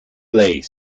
place